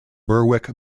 berwick